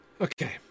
Okay